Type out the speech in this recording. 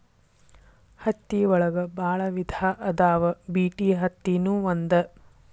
ಹತ್ತಿ ಒಳಗ ಬಾಳ ವಿಧಾ ಅದಾವ ಬಿಟಿ ಅತ್ತಿ ನು ಒಂದ